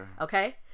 Okay